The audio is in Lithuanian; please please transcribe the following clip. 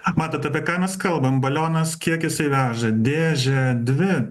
matot apie ką mes kalbam balionas kiek jisai veža dėžę dvi